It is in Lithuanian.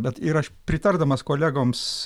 bet aš pritardamas kolegoms